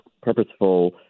purposeful